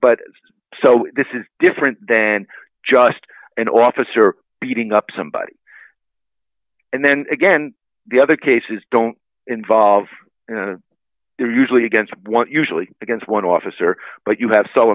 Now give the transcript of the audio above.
but so this is different than just an officer beating up somebody and then again the other cases don't involve they're usually against want usually against one officer but you have so